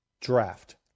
Draft